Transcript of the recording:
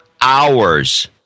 hours